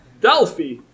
Delphi